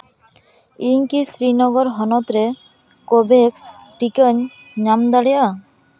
ᱤᱧ ᱠᱤ ᱥᱨᱤᱱᱚᱜᱚᱨ ᱦᱚᱱᱚᱛ ᱨᱮ ᱠᱳ ᱵᱷᱤᱠᱥ ᱴᱤᱠᱟᱧ ᱧᱟᱢ ᱫᱟᱲᱮᱭᱟᱜᱼᱟ